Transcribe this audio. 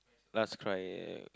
last cry